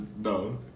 no